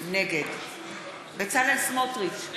נגד בצלאל סמוטריץ,